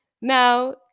Now